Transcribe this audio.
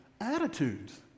attitudes